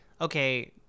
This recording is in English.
okay